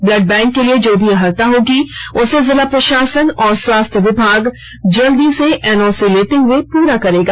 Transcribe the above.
blood bank के लिए जो भी अहर्ता होगी उसे जिला प्रशासन और स्वास्थ्य विभाग जल्दी से एनओसी लेते हुए पूरा करेगा